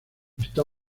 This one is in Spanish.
está